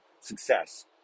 success